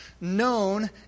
known